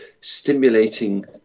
stimulating